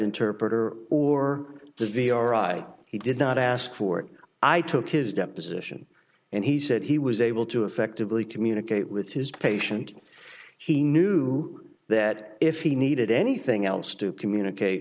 interpreter or the v r i i he did not ask for it i took his deposition and he said he was able to effectively communicate with his patient he knew that if he needed anything else to communicate